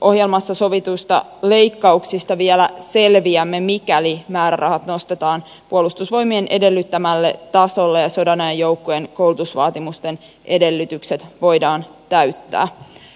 hallitusohjelmassa sovituista leikkauksista vielä selviämme mikäli määrärahat nostetaan puolustusvoimien edellyttämälle tasolle ja sodanajan joukkojen koulutusvaatimusten edellytykset voidaan täyttää